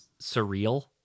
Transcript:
surreal